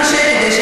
כלום, כלום.